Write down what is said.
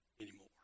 anymore